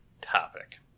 topic